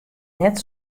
net